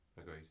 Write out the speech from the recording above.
Agreed